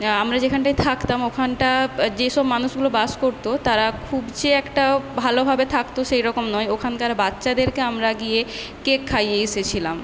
আমরা যেখানটায় থাকতাম ওখানটা যেসব মানুষগুলো বাস করতো তারা খুব যে একটা ভালোভাবে থাকতো সেরকম নয় ওখানকার বাচ্চাদেরকে আমরা গিয়ে কেক খাইয়ে এসেছিলাম